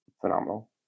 Phenomenal